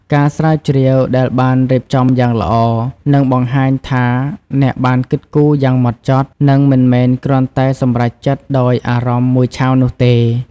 ការស្រាវជ្រាវដែលបានរៀបចំយ៉ាងល្អ នឹងបង្ហាញថាអ្នកបានគិតគូរយ៉ាងម៉ត់ចត់ និងមិនមែនគ្រាន់តែសម្រេចចិត្តដោយអារម្មណ៍មួយឆាវនោះទេ។